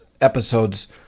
episodes